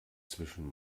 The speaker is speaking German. zwischen